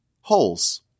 holes